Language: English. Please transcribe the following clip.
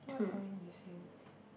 what are we missing